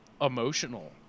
emotional